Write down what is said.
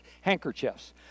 handkerchiefs